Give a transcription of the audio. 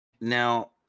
Now